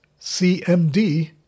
cmd